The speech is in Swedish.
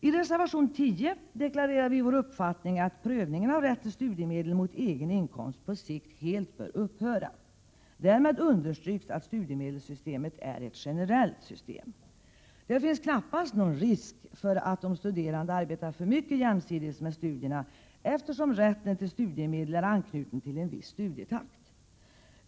I reservation 10 deklarerar vi vår uppfattning att prövningen av rätt till studiemedel mot egen inkomst på sikt helt bör upphöra. Därmed understryks att studiemedelssystemet är ett generellt system. Det finns knappast någon risk för att de studerande arbetar för mycket jämsides med studierna, eftersom rätten till studiemedel är anknuten till en viss studietakt.